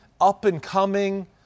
up-and-coming